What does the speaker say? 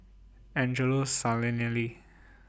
Angelo Sanelli